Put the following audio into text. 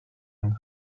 and